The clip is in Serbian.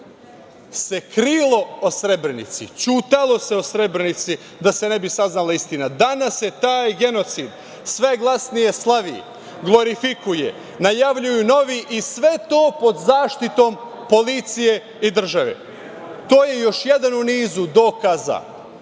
se krilo o Srebrenici, ćutalo se o Srebrenici da se ne bi saznala istina. Danas se taj genocid sve glasnije slavi, glorifikuje, najavljuju novi i sve to pod zaštitom policije i države. To je još jedan u nizu dokaza